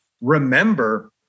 remember